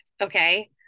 Okay